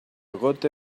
gota